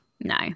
no